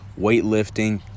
weightlifting